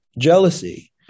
jealousy